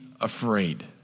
afraid